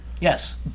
Yes